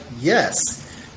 yes